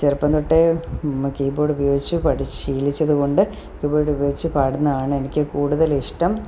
ചെറുപ്പം തൊട്ടേ കീബോഡ് ഉപയോഗിച്ച് പഠിച്ചു ശീലിച്ചതു കൊണ്ട് കീബോഡ് ഉപയോഗിച്ചു പാടുന്നതാണ് എനിക്ക് കൂടുതലിഷ്ടം